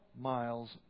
miles